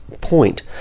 point